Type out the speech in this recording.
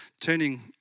turning